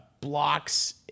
blocks